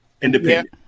independent